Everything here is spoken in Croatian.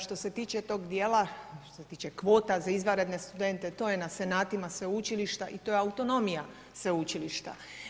Što se tiče tog djela, što se tiče kvota za izvanredne studente, to je na Senatima sveučilišta i to je autonomija sveučilišta.